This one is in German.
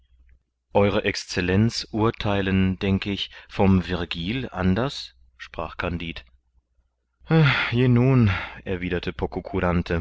ew excellenz urtheilen denk ich vom virgil anders sprach kandid je nun erwiderte